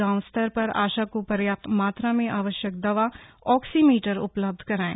गांव स्तर पर आशा को पर्याप्त मात्रा में आवश्यक दवा ऑक्सीमीटर उपलब्ध कराएं